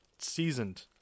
seasoned